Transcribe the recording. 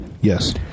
yes